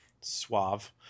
suave